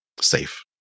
safe